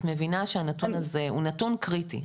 את מבינה שהנתון הזה הוא נתון קריטי.